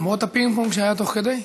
למרות הפינג-פונג שהיה תוך כדי?